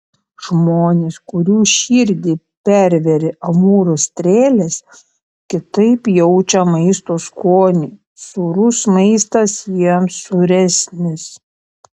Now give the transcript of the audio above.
žmonės kurių širdį pervėrė amūro strėlės kitaip jaučią maisto skonį sūrus maistas jiems sūresnis